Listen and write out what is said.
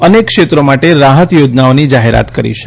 અનેક ક્ષેત્રો માટે રાહત યોજનાઓની જાહેરાત કરી છે